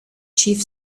chief